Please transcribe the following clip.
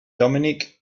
dominic